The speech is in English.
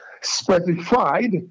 specified